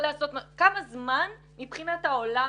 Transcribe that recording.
כמה זמן מבחינת העולם,